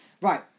Right